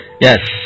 Yes